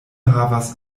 havas